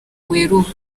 werurwe